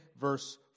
verse